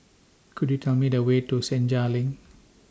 Could YOU Tell Me The Way to Senja LINK